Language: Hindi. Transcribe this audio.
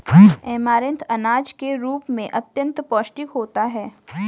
ऐमारैंथ अनाज के रूप में अत्यंत पौष्टिक होता है